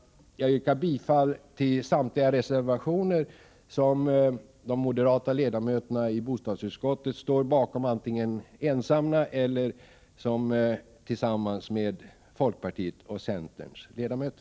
Jag yrkar bifall till samtliga reservationer som de moderata ledamöterna i bostadsutskottet står bakom, antingen ensamma eller tillsammans med folkpartiets och centerns ledamöter.